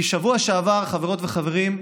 כי השבוע שעבר, חברות וחברים,